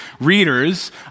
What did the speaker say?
readers